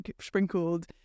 sprinkled